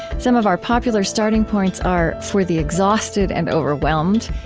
some of our popular starting points are for the exhausted and overwhelmed,